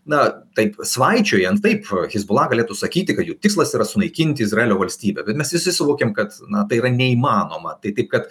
na taip svaičiojant taip hezbollah galėtų sakyti kad jų tikslas yra sunaikinti izraelio valstybę bet mes visi suvokiam na tai yra neįmanoma tai taip kad